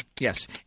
Yes